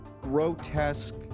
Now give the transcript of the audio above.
grotesque